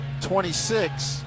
26